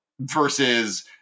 Versus